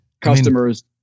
customers